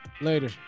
Later